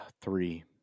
Three